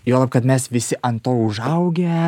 juolab kad mes visi an to užaugę